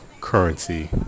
currency